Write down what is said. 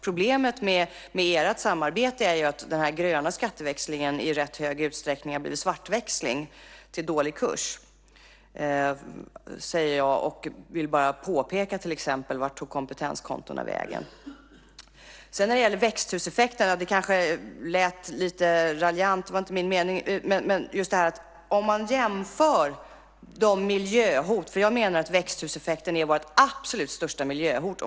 Problemet med ert samarbete är ju att den här gröna skatteväxlingen i rätt hög utsträckning har blivit svartväxling till dålig kurs. Jag undrar till exempel vart kompetenskontona tog vägen. Sedan gäller det växthuseffekten. Det lät kanske lite raljant, men det var inte min mening. Jag menar att växthuseffekten är vårt absolut största miljöhot.